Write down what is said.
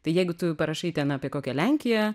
tai jeigu tu parašai ten apie kokią lenkiją